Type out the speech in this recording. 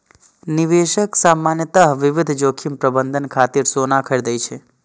निवेशक सामान्यतः विविध जोखिम प्रबंधन खातिर सोना खरीदै छै